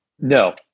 No